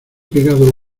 pegado